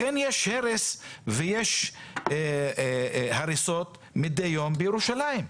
לכן יש הרס ויש הריסות מידי יום בירושלים.